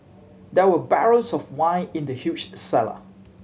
there were barrels of wine in the huge cellar